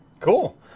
Cool